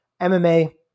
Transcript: MMA